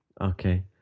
Okay